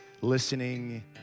listening